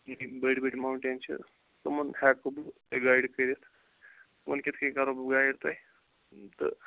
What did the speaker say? ییٚتکۍ بٔڑۍ بٔڑۍ ماونٹین چھِ تِمَن ہیٚکو بہٕ گایڈ کٔرِتھ تِمَن کِتھ کنۍ کرو بہٕ گایڈ تۄہہِ